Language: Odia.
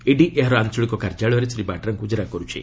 ଇଡି ଏହାର ଆଞ୍ଚଳିକ କାର୍ଯ୍ୟାଳୟରେ ଶ୍ରୀ ବାଡ୍ରାଙ୍କୁ ଜେରା କରୁଛି